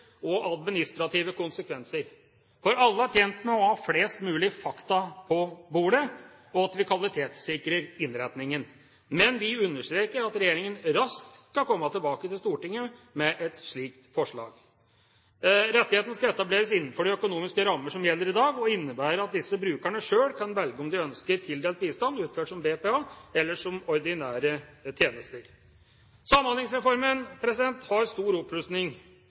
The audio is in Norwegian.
og administrative konsekvenser. For alle er tjent med å ha flest mulig fakta på bordet, og at vi kvalitetssikrer innretningen. Men vi understreker at regjeringa raskt skal komme tilbake til Stortinget med et slikt forslag. Rettigheten skal etableres innenfor de økonomiske rammer som gjelder i dag, og innebærer at disse brukerne sjøl kan velge om de ønsker tildelt bistand utført som BPA eller som ordinære tjenester. Samhandlingsreformen har stor